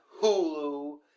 Hulu